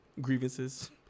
grievances